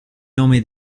nomi